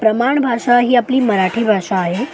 प्रमाण भाषा ही आपली मराठी भाषा आहे